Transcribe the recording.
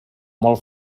molt